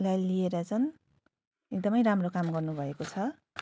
लाई लिएर चाहिँ एकदमै राम्रो काम गर्नुभएको छ